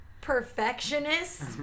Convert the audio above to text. Perfectionist